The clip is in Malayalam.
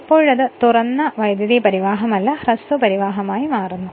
ഇപ്പോഴത് തുറന്ന വൈദ്യുതീപരിവാഹo അല്ല ഹ്രസ്വ പരിവാഹം ആയി മാറുന്നു